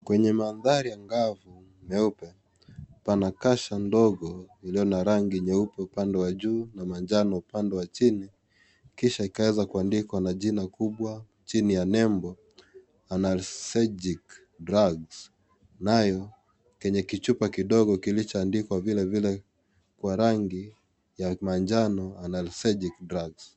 Kenye manthari angafu meupe, pana kasha ndogo iliyo na rangi nyeupe upande wa juu na manjano upande wa chini kisha ikaweza kuandikwa na jina kubwa chini ya nembo ANALGESIC DRUGS nayo kwenye kichupa kidogo dkilicho andikwa vilevile kwa rangi ya manjano analgesic drugs .